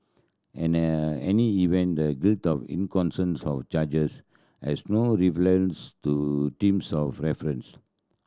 any event the of charges has no relevance to teams of reference